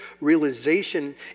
realization